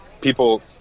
people